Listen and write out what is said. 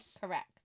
Correct